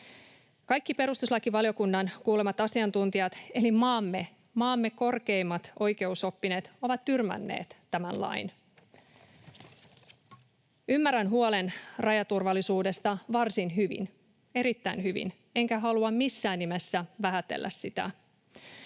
Kaikki perustuslakivaliokunnan kuulemat asiantuntijat eli maamme korkeimmat oikeusoppineet ovat tyrmänneet tämän lain. Ymmärrän huolen rajaturvallisuudesta varsin hyvin, erittäin hyvin, enkä halua missään nimessä vähätellä sitä.